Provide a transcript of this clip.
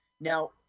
Now